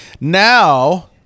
Now